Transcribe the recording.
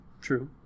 True